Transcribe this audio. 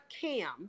Cam